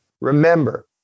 remember